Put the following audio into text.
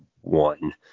one